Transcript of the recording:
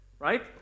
Right